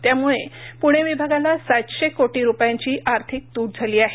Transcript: त्यामुळे पुणे विभागाला सातशे कोटी रुपयांची आर्थिक तूट झाली आहे